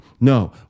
No